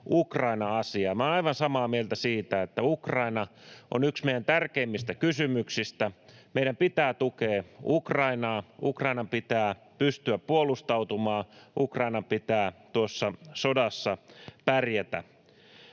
Olen aivan samaa mieltä siitä, että Ukraina on yksi meidän tärkeimmistä kysymyksistä. Meidän pitää tukea Ukrainaa, Ukrainan pitää pystyä puolustautumaan, Ukrainan pitää tuossa sodassa pärjätä.